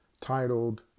titled